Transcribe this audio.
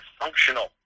functional